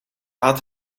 had